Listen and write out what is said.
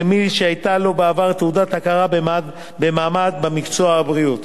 למי שהיתה לו בעבר תעודת הכרה במעמד במקצוע הבריאות,